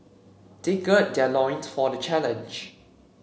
they gird their loins for the challenge